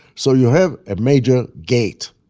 so you have a major gate.